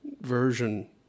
version